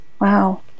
Wow